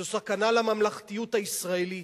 זו סכנה לממלכתיות הישראלית.